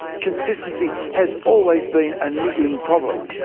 consistency has always been a niggling problem.